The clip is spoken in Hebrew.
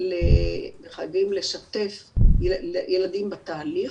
וחייבים לשתף ילדים בתהליך.